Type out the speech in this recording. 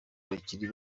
bakiri